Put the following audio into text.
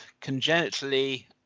congenitally